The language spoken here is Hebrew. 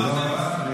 הצבעה.